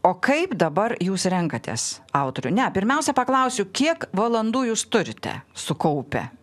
o kaip dabar jūs renkatės autorių ne pirmiausia paklausiu kiek valandų jūs turite sukaupę